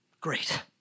Great